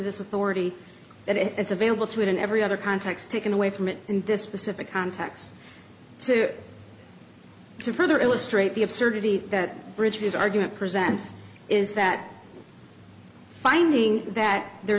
this with already it's available to it in every other context taken away from it in this specific context to to further illustrate the absurdity that bridges argument presents is that finding that